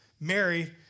Mary